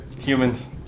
humans